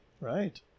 Right